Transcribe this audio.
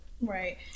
Right